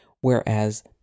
Whereas